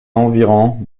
environs